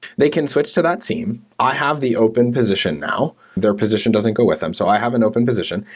they can switch to that seem. i have the open position now. their position doesn t go with them. so i have an open position,